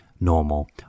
normal